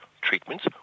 treatments